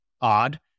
odd